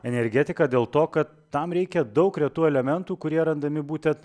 energetiką dėl to kad tam reikia daug retų elementų kurie randami būtent